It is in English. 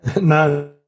no